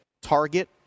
target